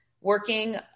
working